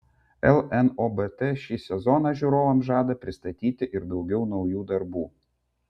lnobt šį sezoną žiūrovams žada pristatyti ir daugiau naujų darbų